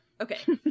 Okay